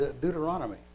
Deuteronomy